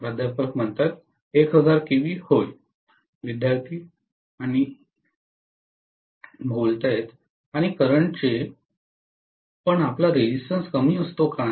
प्राध्यापक 1000 केव्ही होय विद्यार्थी आणि करंट चे पण आपला रेझिस्टन्स कमी असतो काय